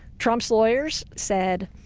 trump's lawyers said,